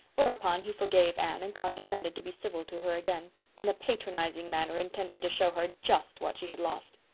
whereupon he forgave anne and condescended to be civil to her again in a patronizing manner intended to show her just what she had lost.